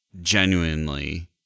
genuinely –